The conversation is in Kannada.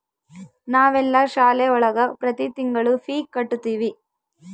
ನಾವೆಲ್ಲ ಶಾಲೆ ಒಳಗ ಪ್ರತಿ ತಿಂಗಳು ಫೀ ಕಟ್ಟುತಿವಿ